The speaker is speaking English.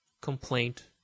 complaint